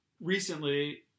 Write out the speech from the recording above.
recently